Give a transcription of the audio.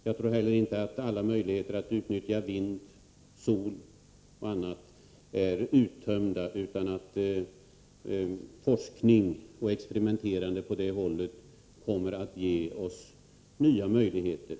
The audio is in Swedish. Jag tror inte att alla möjligheter att utnyttja vind, sol och annat är uttömda, utan forskning och experimenterande i det avseendet kommer att ge oss nya möjligheter.